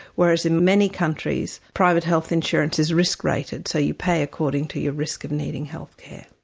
whereas in many countries private health insurance is risk-rated, so you pay according to your risk of needing health care.